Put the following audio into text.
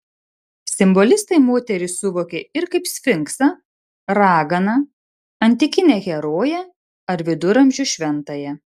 simbolistai moterį suvokė ir kaip sfinksą raganą antikinę heroję ar viduramžių šventąją